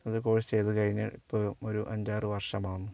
ഒരു കോഴ്സ് ചെയ്തു കഴിഞ്ഞ് ഇപ്പോൾ ഒരു ഒരഞ്ചാറു വർഷമാകുന്നു